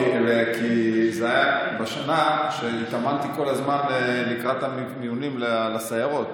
כי זה היה בשנה שהתאמנתי כל הזמן לקראת המיונים לסיירות.